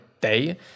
day